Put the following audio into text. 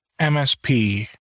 MSP